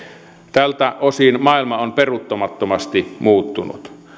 tältä osin maailma on peruuttamattomasti muuttunut